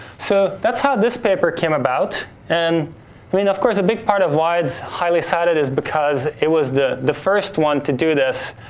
so, that's how this paper came about, and i mean, of course, a big part of why it's highly cited is because it was the the first one to do this.